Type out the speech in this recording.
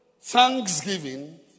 thanksgiving